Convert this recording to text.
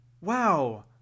Wow